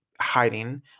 hiding